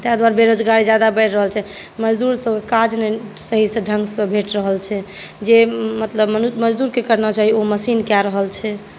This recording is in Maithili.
ताहि दुआरे बेरोजगारी ज़्यादा बढ़ि रहल छै मजदूरसभकेँ काज नहि सहीसँ ढङ्गसँ भेट रहल छै जे मतलब मजदूरकेँ करना चाही ओ मशीन कए रहल छै